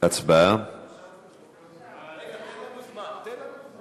ההצעה להעביר את הצעת חוק קיזוז מסים (תיקון מס' 2),